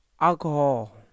Alcohol